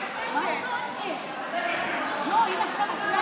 (קוראת בשמות חברי הכנסת) אמיר אוחנה,